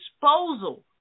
disposal